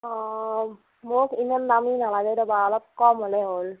অঁ মোক ইমান দামী নালাগে দেই বা অলপ কম হ'লেই হ'ল